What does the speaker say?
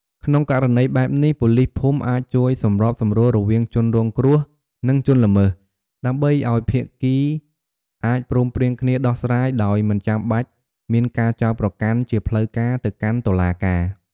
ក្នុងករណីបែបនេះ ប៉ូលីសភូមិអាចជួយសម្របសម្រួលរវាងជនរងគ្រោះ និងជនល្មើស ដើម្បីឱ្យ ភាគីអាចព្រមព្រៀងគ្នាដោះស្រាយដោយមិនចាំបាច់មានការចោទប្រកាន់ជាផ្លូវការ ទៅកាន់តុលាការ។